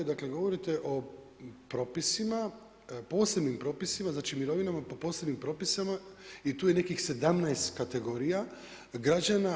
Dakle, govorite o propisima, posebnim propisima znači, mirovinama po posebnim propisima i tu je nekih 17 kategorija građana.